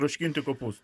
troškinti kopūstai